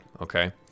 okay